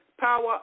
Power